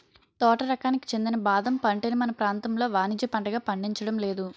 తోట రకానికి చెందిన బాదం పంటని మన ప్రాంతంలో వానిజ్య పంటగా పండించడం లేదు